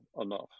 enough